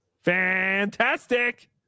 Fantastic